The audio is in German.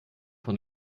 von